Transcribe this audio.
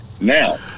now